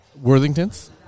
Worthingtons